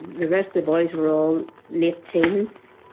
the rest of the boys were all late teens.